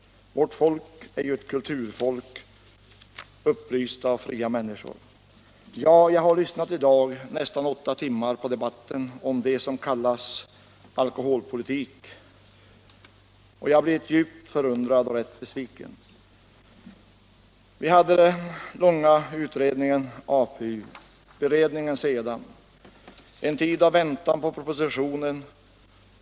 Vårt folk är ju ett kulturfolk — upplysta och fria människor. Ja, jag har i dag lyssnat nästan i åtta timmar på debatten om det som kallas alkoholpolitik, och jag har blivit djupt förundrad och rätt besviken. Vi hade först den långa utredningen, APU, sedan beredningen och en tid av väntan på propositionen.